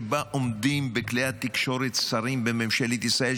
שבה עומדים בכלי התקשורת שרים בממשלת ישראל,